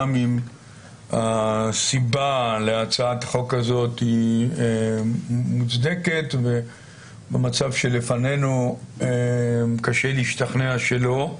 גם אם הסיבה להצעת חוק הזאת היא מוצדקת ובמצב שלפנינו קשה להשתכנע שלא.